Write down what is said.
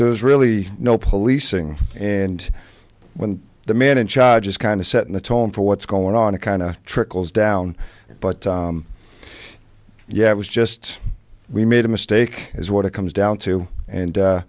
there's really no policing and when the man in charge is kind of setting the tone for what's going on a kind of trickles down but yeah it was just we made a mistake is what it comes down to and